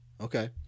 Okay